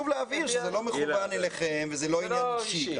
להבין שזה לא מכוון אליכם וזה גם לא עניין אישי.